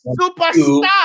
superstar